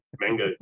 Mango